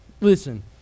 Listen